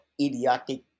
idiotic